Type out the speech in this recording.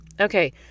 Okay